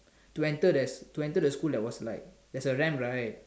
to enter the to enter the school there's like there's a ramp right